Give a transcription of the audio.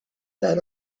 that